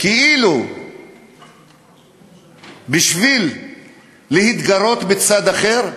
כאילו בשביל להתגרות בצד אחר?